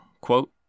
quote